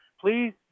please